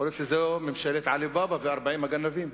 יכול להיות שזו ממשלת עלי בבא ו-40 הגנבים,